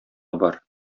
бар